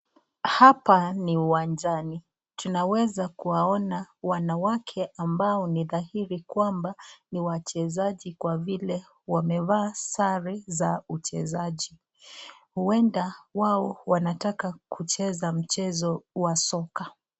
Hapa ni uwanjani. Tunaweza kuwaona wanawake ambao ni dhairi kwamba ni wachezaji kwa vile wamevaa sare za uchezaji. Uenda wao wanataka kucheza mchezo wa soka.